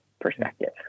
perspective